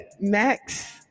Max